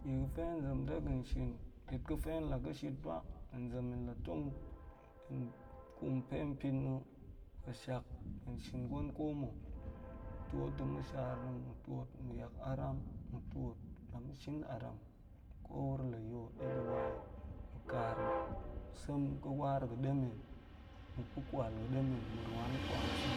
Bi ga̱ hen zem ɗe ga̱n shin bi ga̱fe hen la ga̱ shit ba̱, hen zem la tong hen kum pe pin na̱ hen shim gwen koma̱ tuot ɗe ma̱shar na̱ ma̱ tuot ma̱ yak aram, ma̱ tuot la ma̱ shim aram, ko wuro la̱ yol ɗe ga̱ wayi, kar sem ga̱ war ga̱ demen, ma̱ pa̱ kwa ga̱ demen, ma̱ rwan kwam sem,